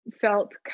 felt